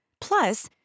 Plus